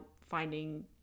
finding